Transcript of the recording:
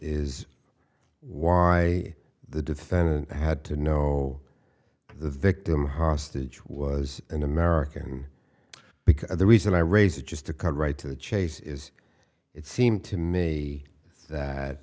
is why the defendant had to know the victim hostage was an american because the reason i raise is just to cut right to the chase is it seemed to me that